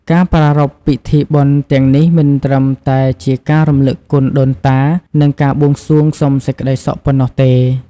ការប្រារព្ធពិធីបុណ្យទាំងនេះមិនត្រឹមតែជាការរំលឹកគុណដូនតា និងការបួងសួងសុំសេចក្តីសុខប៉ុណ្ណោះទេ។